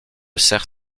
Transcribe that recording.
sert